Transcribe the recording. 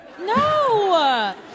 No